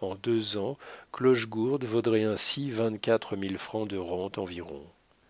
en deux ans clochegourde vaudrait ainsi vingt-quatre mille francs de rente environ